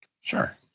Sure